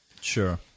Sure